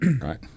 right